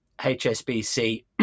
HSBC